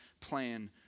plan